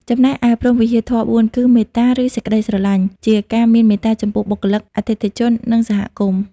ចំណែកឯ ព្រហ្មវិហារធម៌៤គឺ មេត្តា ឬ សេចក្ដីស្រឡាញ់ ជាការមានមេត្តាចំពោះបុគ្គលិក អតិថិជន និងសហគមន៍។